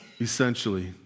Essentially